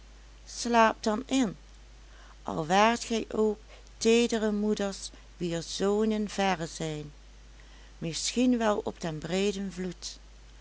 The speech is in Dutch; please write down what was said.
slaapt dan in al waart gij ook teedere moeders wier zonen verre zijn misschien wel op den breeden vloed